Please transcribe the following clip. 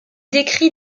décrit